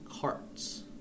carts